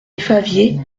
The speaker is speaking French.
favier